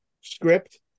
script